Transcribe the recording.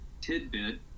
tidbit